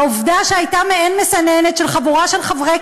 העובדה שהייתה מעין מסננת של חבורה של חברי